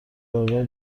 برابر